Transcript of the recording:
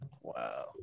Wow